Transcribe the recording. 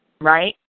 Right